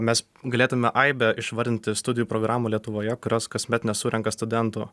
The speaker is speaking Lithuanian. mes galėtume aibę išvardinti studijų programų lietuvoje kurios kasmet nesurenka studentų